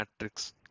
matrix